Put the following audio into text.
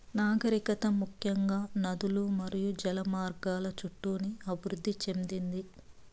నాగరికత ముఖ్యంగా నదులు మరియు జల మార్గాల చుట్టూనే అభివృద్ది చెందింది